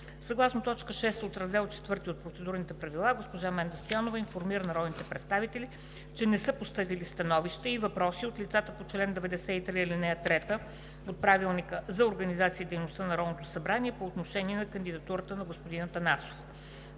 Съгласно т. 6, от Раздел IV от Процедурните правила госпожа Менда Стоянова информира народните представители, че не са постъпили становища и въпроси от лицата по чл. 93, ал. 3 от Правилника за организацията и дейността на Народното събрание по отношение на кандидатурата на господин Бойко